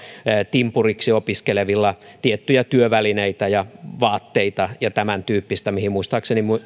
timpuriksi opiskelevilla tiettyjä työvälineitä ja vaatteita ja tämäntyyppistä mihin muistaakseni